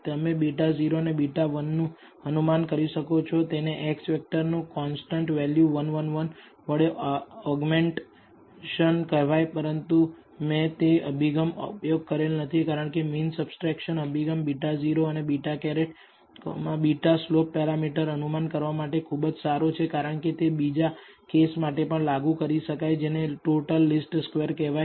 તમે β0 અને β1 નું અનુમાન કરી શકો છો તેને X વેક્ટરનું કોન્સ્ટંટ વેલ્યુ 1 1 1 જોડે ઓગ્મેંટેસન કહેવાય પરંતુ મેં તે અભિગમ ઉપયોગ કરેલ નથી કારણકે મીન સબસ્ટ્રેક્સન અભિગમ β0 અને β̂ β સ્લોપ પેરામીટર અનુમાન કરવા માટે ખુબજ સારો છે કારણકે તે બીજા કેસ માટે પણ લાગુ કરી શકાય જેને ટોટલ લીસ્ટ સ્ક્વેર કહેવાય